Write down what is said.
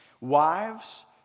Wives